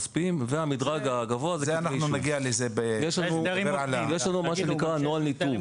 עיצומים כספיים והמדרג הגבוה זה -- אנחנו נגיע לזה --- יש נוהל ניתוב